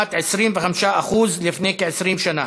לעומת 25% לפני כ-20 שנה.